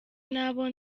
n’abo